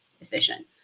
efficient